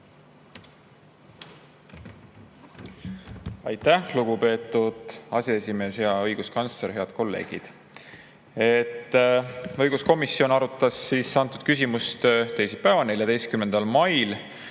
Aitäh, lugupeetud aseesimees! Hea õiguskantsler! Head kolleegid! Õiguskomisjon arutas seda küsimust teisipäeval, 14. mail.